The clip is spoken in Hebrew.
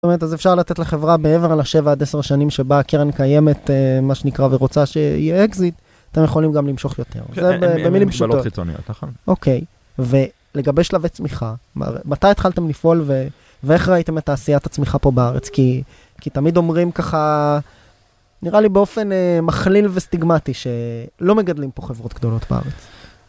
זאת אומרת, אז אפשר לתת לחברה בעבר על ה-7 עד 10 השנים שבה הקרן קיימת מה שנקרא ורוצה שיהיה אקזיט, אתם יכולים גם למשוך יותר. כן, הם מגבלות קיצוניות, נכון. אוקיי, ולגבי שלבי צמיחה, מתי התחלתם לפעול ואיך ראיתם את תעשיית הצמיחה פה בארץ? כי תמיד אומרים ככה, נראה לי באופן מכליל וסטיגמטי, שלא מגדלים פה חברות גדולות בארץ.